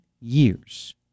years